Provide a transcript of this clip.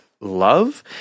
love